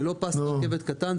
זה לא פס רכבת קטן.